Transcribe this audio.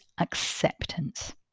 acceptance